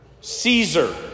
Caesar